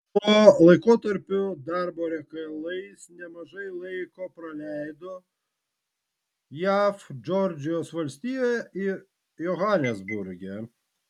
tuo laikotarpiu darbo reikalais nemažai laiko praleido jav džordžijos valstijoje ir johanesburge